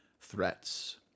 threats